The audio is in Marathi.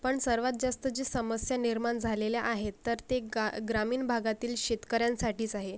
पण सर्वात जास्त जी समस्या निर्माण झालेल्या आहेत तर ते गा ग्रामीण भागातील शेतकऱ्यांसाठीच आहे